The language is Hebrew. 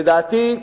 לדעתי,